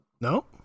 No